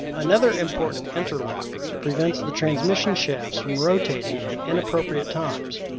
another important interlock prevents the transmission shafts from rotating at inappropriate times.